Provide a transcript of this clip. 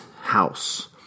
house